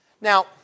Now